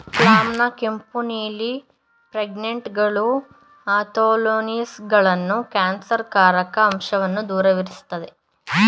ಪ್ಲಮ್ನ ಕೆಂಪು ನೀಲಿ ಪಿಗ್ಮೆಂಟ್ಗಳು ಆ್ಯಂಥೊಸಿಯಾನಿನ್ಗಳು ಕ್ಯಾನ್ಸರ್ಕಾರಕ ಅಂಶವನ್ನ ದೂರವಿರ್ಸ್ತದೆ